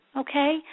okay